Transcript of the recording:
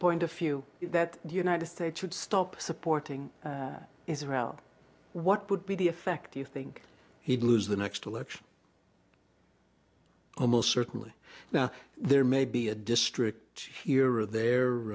point a few that the united states would stop supporting israel what would be the effect do you think he'd lose the next election almost certainly now there may be a district here or there